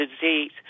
disease